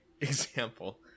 example